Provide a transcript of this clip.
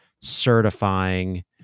certifying